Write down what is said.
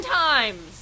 times